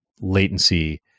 latency